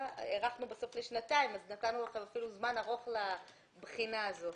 הארכנו בסוף לשנתיים אז נתנו לכם אפילו זמן ארוך לבחינה הזאת .